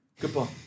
Goodbye